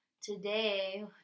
today